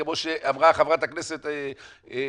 כמו שאמרה חברת הכנסת סלימאן,